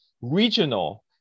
regional